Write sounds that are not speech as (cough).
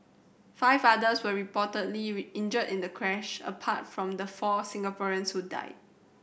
five others were reportedly (unintelligible) injured in the crash apart from the four Singaporeans who died